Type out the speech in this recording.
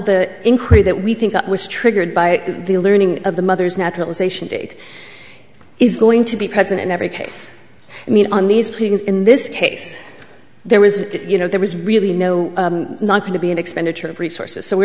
the increase that we think that was triggered by the learning of the mother's naturalization date it is going to be present in every case i mean on these pings in this case there was you know there was really no not going to be an expenditure of resources so we